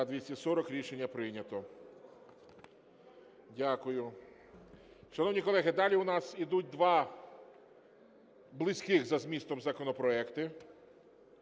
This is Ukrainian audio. За-240 Рішення прийнято. Дякую. Шановні колеги, далі у нас йдуть два близьких за змістом законопроекти.